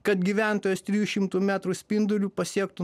kad gyventojas trijų šimtų metrų spinduliu pasiektų